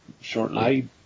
shortly